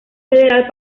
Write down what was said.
federal